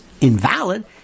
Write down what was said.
invalid